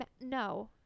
No